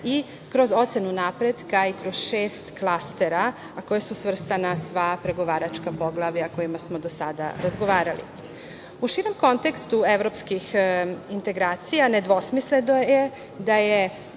i kroz ocenu napretka i kroz šest klastera, a koja su svrstana sve pregovaračka poglavlja o kojima smo do sada razgovarali.U širem kontekstu evropskih integracija, nedvosmisleno je